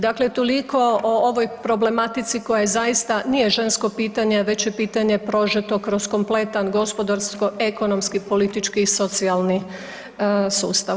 Dakle, ovoliko o ovoj problematici koja je zaista nije žensko pitanje već je pitanje prožeto kroz kompletan gospodarsko ekonomski politički i socijalni sustav.